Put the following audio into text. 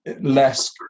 Less